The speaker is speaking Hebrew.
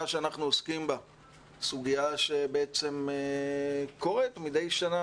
שאנחנו עוסקים בה היא סוגיה שבעצם קורית מדי שנה,